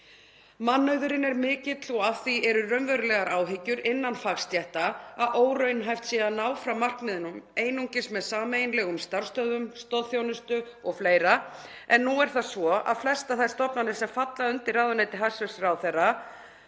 Mannauðurinn er mikill og af því eru raunverulegar áhyggjur innan fagstétta að óraunhæft sé að ná fram markmiðunum einungis með sameiginlegum starfsstöðvum, stoðþjónustu og fleira. En nú er það svo að flestar þær stofnanir sem falla undir ráðuneyti hæstv. ráðherra